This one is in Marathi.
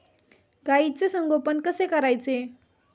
गाईचे संगोपन कसे करायचे?